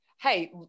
Hey